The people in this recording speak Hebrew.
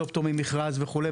לא פטור ממכרז וכולי,